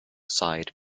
side